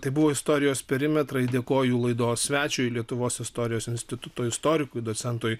tai buvo istorijos perimetrai dėkoju laidos svečiui lietuvos istorijos instituto istorikui docentui